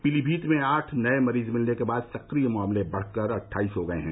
पीलीभीत में आठ नए मरीज मिलने के बाद सक्रिय मामले बढ़कर अट्ठाईस हो गए हैं